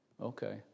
Okay